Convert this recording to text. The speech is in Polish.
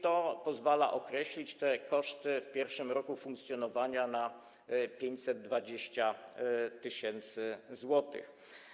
To pozwala określić koszty w pierwszym roku funkcjonowania na 520 tys. zł.